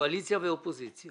קואליציה ואופוזיציה